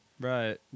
right